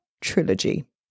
Trilogy